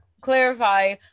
clarify